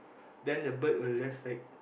then the bird will just like